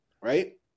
right